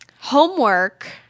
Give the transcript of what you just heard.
homework